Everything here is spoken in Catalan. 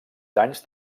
danys